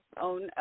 own